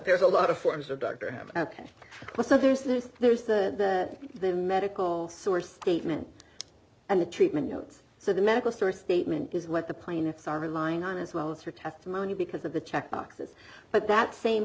there's a lot of forms of doctor ok so there's this there's the the medical source statement and the treatment notes so the medical store statement is what the plaintiffs are relying on as well as for testimony because of the check boxes but that same